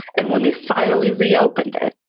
and when they finally reopened it,